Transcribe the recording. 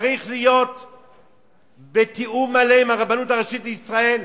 צריך להיות תיאום מלא עם הרבנות הראשית לישראל.